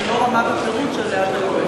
ולא רמת החירות שאליה אתה,